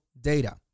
data